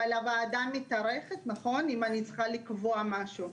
אבל הוועדה מתארכת אם אני צריכה לקבוע משהו.